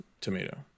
tomato